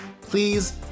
please